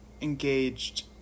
engaged